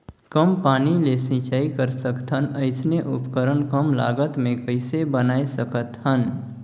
कम पानी ले सिंचाई कर सकथन अइसने उपकरण कम लागत मे कइसे बनाय सकत हन?